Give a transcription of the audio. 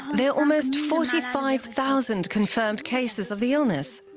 there are almost forty five thousand confirmed cases of the illness!